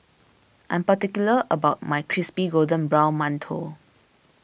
I am particular about my Crispy Golden Brown Mantou